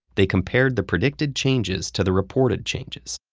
they compared the predicted changes to the reported changes.